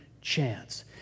chance